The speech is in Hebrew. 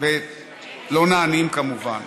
ולא נענים, כמובן.